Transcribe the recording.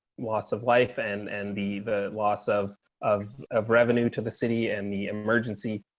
loss of life and and the, the loss of of of revenue to the city and the emergency